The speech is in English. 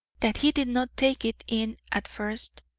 that he did not take it in at first.